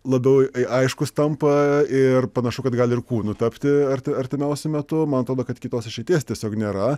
labiau aiškūs tampa ir panašu kad gal ir kūnu tapti arti artimiausiu metu man atrodo kad kitos išeities tiesiog nėra